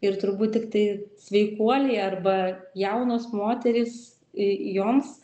ir turbūt tiktai sveikuoliai arba jaunos moterys joms